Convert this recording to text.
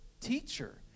teacher